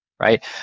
right